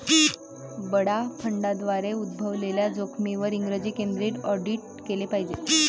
बडा फंडांद्वारे उद्भवलेल्या जोखमींवर इंग्रजी केंद्रित ऑडिट केले पाहिजे